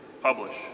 Publish